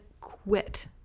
quit